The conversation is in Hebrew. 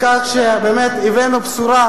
ולצוות הוועדה על כך שבאמת הבאנו בשורה,